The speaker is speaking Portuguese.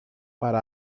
para